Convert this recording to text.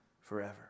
forever